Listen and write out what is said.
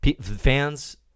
Fans